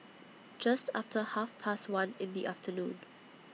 Just after Half Past one in The afternoon